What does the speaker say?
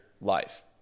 life